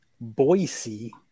Boise